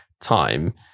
time